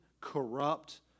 corrupt